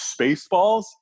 Spaceballs